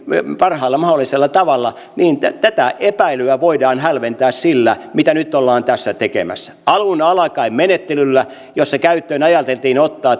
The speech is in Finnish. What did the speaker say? parhaalla mahdollisella tavalla niin tätä epäilyä voidaan hälventää sillä mitä nyt ollaan tässä tekemässä alun alkaen ajateltiin menettelyä jossa käyttöön otettaisiin